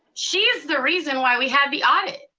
she's the reason why we had the audit,